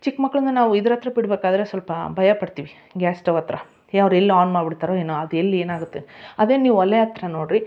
ಚಿಕ್ಕ ಮಕ್ಕಳನ್ನ ನಾವು ಇದ್ರಹತ್ರ ಬಿಡಬೇಕಾದ್ರೆ ಸ್ವಲ್ಪಾ ಭಯಪಡ್ತೀವಿ ಗ್ಯಾಸ್ ಸ್ಟವ್ ಹತ್ರ ಏ ಅವ್ರು ಎಲ್ಲಿ ಆನ್ ಮಾಡಿಬಿಡ್ತಾರೊ ಏನೋ ಅದು ಎಲ್ಲಿ ಏನಾಗುತ್ತೆ ಅದೇ ನೀವು ಒಲೆ ಹತ್ರ ನೋಡಿರಿ